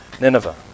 Nineveh